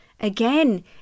again